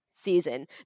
season